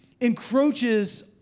encroaches